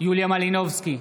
יוליה מלינובסקי,